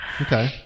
Okay